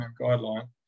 guideline